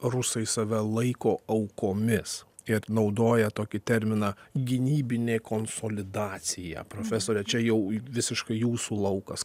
rusai save laiko aukomis ir naudoja tokį terminą gynybinė konsolidacija profesore čia jau visiškai jūsų laukas